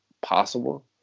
possible